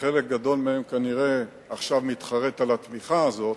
ועכשיו חלק גדול מהם כנראה מתחרט על התמיכה הזאת,